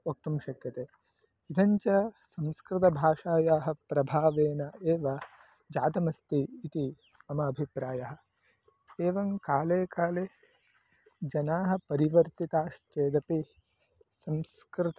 वक्तुं शक्यते इदं च संस्कृतभाषायाः प्रभावेन एव जातमस्ति इति मम अभिप्रायः एवं काले काले जनाः परिवर्तिताश्चेदपि संस्कृतम्